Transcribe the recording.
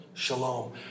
Shalom